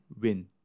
win